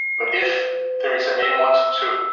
but if theresa may wants to,